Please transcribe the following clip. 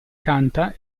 canta